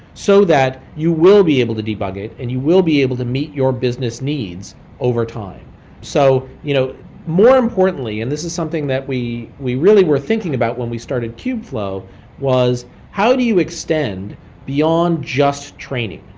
so that you will be able to debug it and you will be able to meet your business needs over time so you know more importantly and this is something that we we really were thinking about when we started kubeflow was how do you extend beyond just training?